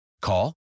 Call